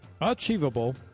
achievable